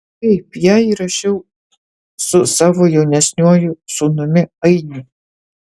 taip ją įrašiau su savo jaunesniuoju sūnumi ainiu